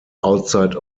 outside